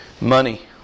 Money